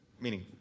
Meaning